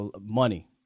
money